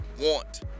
want